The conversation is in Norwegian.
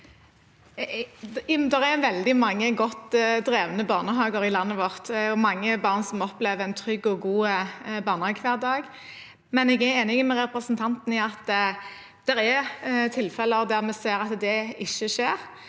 vel- dig mange godt drevne barnehager i landet vårt og mange barn som opplever en trygg og god barnehagehverdag, men jeg er enig med representanten i at det er tilfeller der vi ser at det ikke skjer.